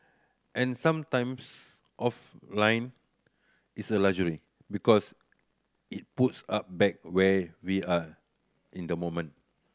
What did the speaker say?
and some times offline is a luxury because it puts up back where we are in the moment